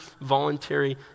voluntary